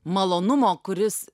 malonumo kuris